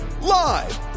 Live